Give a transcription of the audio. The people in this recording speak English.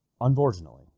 Unfortunately